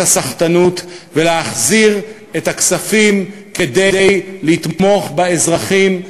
הסחטנות ולהחזיר את הכספים כדי לתמוך באזרחים,